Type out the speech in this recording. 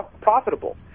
profitable